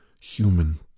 human